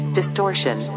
distortion